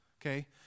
Okay